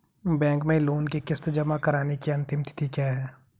Bank में loan की किश्त जमा कराने की अंतिम तिथि क्या है?